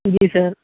जी sir